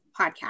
podcast